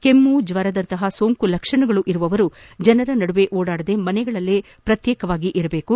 ಕೆಮ್ಮು ಜ್ಞರದಂತಹ ಸೋಂಕು ಲಕ್ಷಣಗಳು ಇರುವವರು ಜನರ ನಡುವೆ ಓಡಾಡದೇ ಮನೆಯಲ್ಲಿಯೇ ಪ್ರತ್ಯೇಕವಾಗಿ ಉಳಿಯಬೇಕು